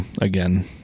again